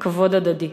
וכבוד הדדי.